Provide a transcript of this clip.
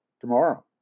tomorrow